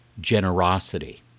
Generosity